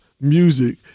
music